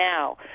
now